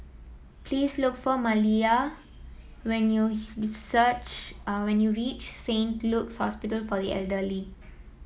please look for Maliyah when you search ah when you reach Saint Luke's Hospital for the Elderly